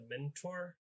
mentor